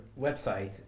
website